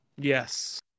Yes